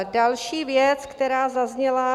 Další věc, která zazněla.